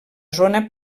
zona